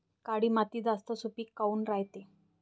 काळी माती जास्त सुपीक काऊन रायते?